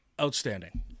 outstanding